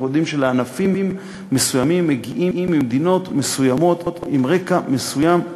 אנחנו יודעים שלענפים מסוימים מגיעים ממדינות מסוימות עם רקע מסוים.